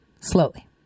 slowly